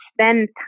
spend